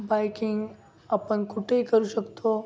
biking आपण कुठेही करू शकतो